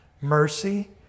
mercy